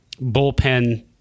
bullpen